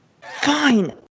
Fine